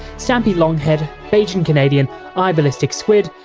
stampylonghead, bajancanadian, iballisticsquid,